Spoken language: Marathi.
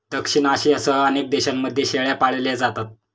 दक्षिण आशियासह अनेक देशांमध्ये शेळ्या पाळल्या जातात